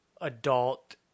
adult